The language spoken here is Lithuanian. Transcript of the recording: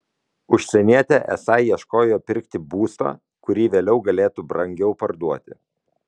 užsienietė esą ieškojo pirkti būsto kurį vėliau galėtų brangiau parduoti